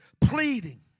pleading